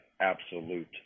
absolute